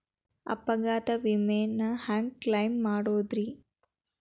ಅಪಘಾತ ವಿಮೆನ ಹ್ಯಾಂಗ್ ಕ್ಲೈಂ ಮಾಡೋದ್ರಿ?